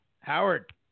Howard